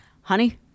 honey